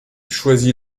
choisit